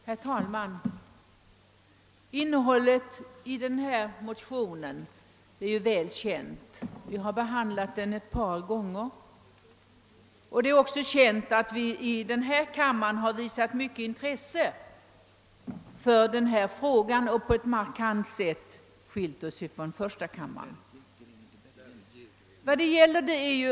Herr talman! Innehållet i de likalydande motionerna 1:743 och I1:856 är väl känt. Vi har behandlat samma motion ett par gånger tidigare. Det är också känt att vi i denna kammare har visat stort intresse för den fråga motionerna berör och att vi på ett markant sätt har skilt oss därvidlag från uppfattningen i första kammaren.